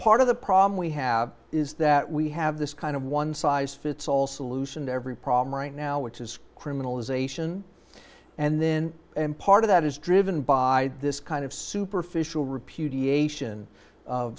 part of the problem we have is that we have this kind of one size fits all solution to every problem right now which is criminalization and then and part of that is driven by this kind of superficial repu